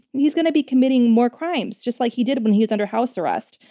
and he's going to be committing more crimes, just like he did when he was under house arrest.